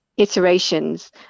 iterations